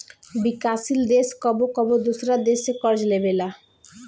विकासशील देश कबो कबो दोसरा देश से कर्ज लेबेला